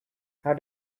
how